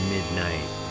Midnight